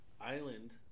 Island